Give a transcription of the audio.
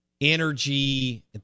Energy